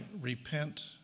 repent